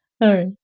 right